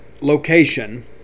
location